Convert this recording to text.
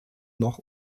noch